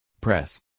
press